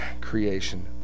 creation